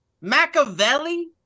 Machiavelli